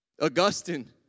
Augustine